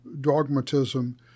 dogmatism